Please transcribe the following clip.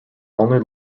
only